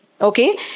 okay